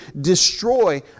destroy